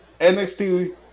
NXT